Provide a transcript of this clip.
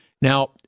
Now